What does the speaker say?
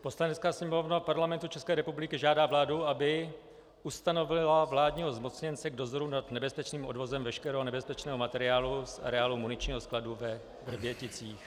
Poslanecká sněmovna Parlamentu České republiky žádá vládu, aby ustanovila vládního zmocněnce k dozoru nad nebezpečným odvozem veškerého nebezpečného materiálu z areálu muničního skladu ve Vrběticích.